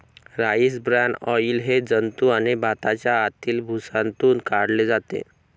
rice bran oil हे जंतू आणि भाताच्या आतील भुसातून काढले जाते